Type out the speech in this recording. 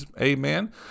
Amen